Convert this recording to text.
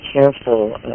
careful